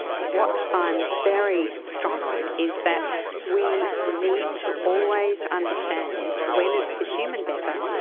what i'm very strong on is that we need to always understand when is the human better,